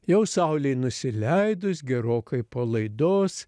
jau saulei nusileidus gerokai po laidos